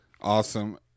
Awesome